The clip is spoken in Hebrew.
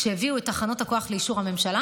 כשהביאו את תחנות הכוח לאישור הממשלה,